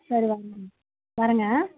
சரி வர்றேன்ங்க வர்றேன்ங்க ஆ